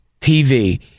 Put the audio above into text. TV